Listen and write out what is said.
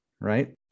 right